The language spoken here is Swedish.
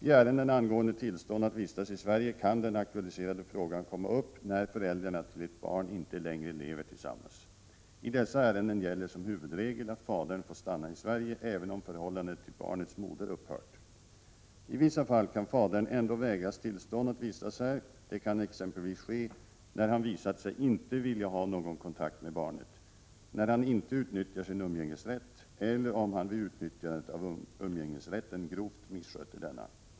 I ärenden angående tillstånd att vistas i Sverige kan den aktualiserade frågan komma upp när föräldrarna till ett barn inte längre lever tillsammans. I dessa ärenden gäller som huvudregel att fadern får stanna i Sverige även om förhållandet till barnets moder upphört. I vissa fall kan fadern ändå vägras tillstånd att vistas här. Det kan exempelvis ske när han visat sig inte vilja ha någon kontakt med barnet, när han inte utnyttjar sin umgängesrätt eller om han vid utnyttjandet av Prot. 1987/88:43 umgängesrätten grovt missköter denna.